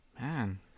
Man